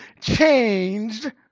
changed